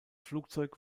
flugzeug